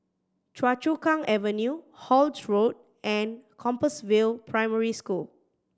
Choa Chu Kang Avenue Holt Road and Compassvale Primary School